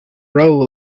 row